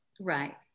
right